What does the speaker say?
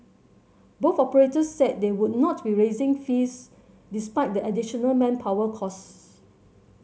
both operators said they would not be raising fees despite the additional manpower costs